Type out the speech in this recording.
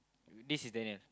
this is Daniel